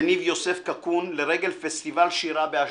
יניב יוסף קקון, לרגל פסטיבל שירה באשדוד.